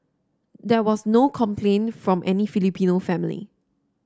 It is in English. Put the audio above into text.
there was no complaint from any Filipino family